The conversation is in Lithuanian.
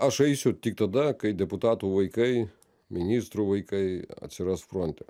aš eisiu tik tada kai deputatų vaikai ministrų vaikai atsiras fronte